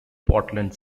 portland